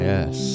Yes